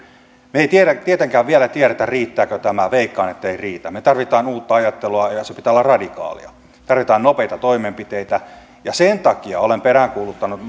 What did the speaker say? me emme tietenkään vielä tiedä riittääkö tämä veikkaan ettei riitä me tarvitsemme uutta ajattelua ja sen pitää olla radikaalia tarvitaan nopeita toimenpiteitä sen takia olen peräänkuuluttanut